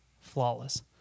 flawless